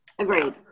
Agreed